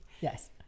Yes